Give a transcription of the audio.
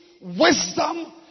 wisdom